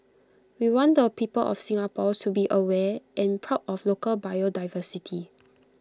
we want the people of Singapore to be aware and proud of local biodiversity